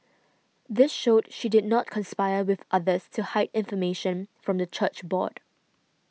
this showed she did not conspire with others to hide information from the church board